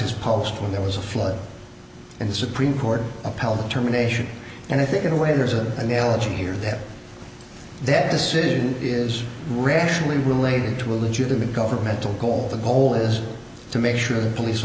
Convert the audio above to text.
his post when there was a flood and the supreme court upheld the terminations and i think in a way there's an analogy here that that decision is rationally related to a legitimate governmental goal the goal is to make sure the police